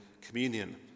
communion